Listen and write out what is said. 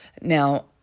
Now